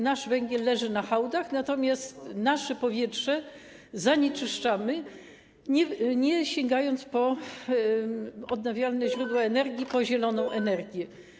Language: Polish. Nasz węgiel leży na hałdach, natomiast nasze powietrze zanieczyszczamy, nie sięgając po odnawialne źródła energii, po zieloną energię.